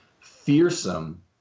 fearsome